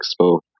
Expo